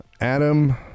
Adam